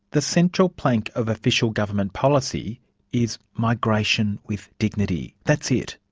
the central plank of official government policy is migration with dignity, that's it.